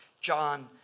John